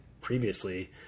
previously